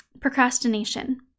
procrastination